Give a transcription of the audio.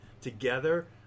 together